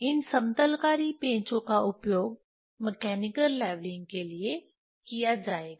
इन समतलकारी पेंचो का उपयोग मैकेनिकल लेवलिंग के लिए किया जाएगा